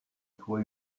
toi